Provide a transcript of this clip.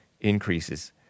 increases